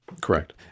Correct